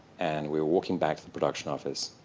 and we were walking back to the production office,